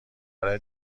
برای